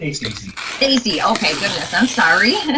ah stacy stacy. okay, goodness, i'm sorry,